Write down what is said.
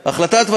בסדר?